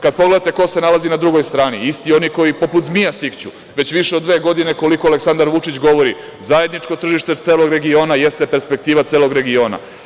Kad pogledate ko se nalazi na drugoj strani, isti oni koji poput zmija sikću, već više od dve godine koliko Aleksandar Vučić govori, zajedničko tržište celog regiona jeste perspektiva celog regiona.